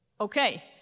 okay